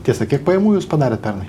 tiesa kiek pajamų jūs padarėt pernai